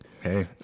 Hey